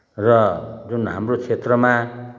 र जुन हाम्रो क्षेत्रमा